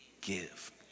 give